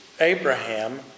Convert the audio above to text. Abraham